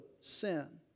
sin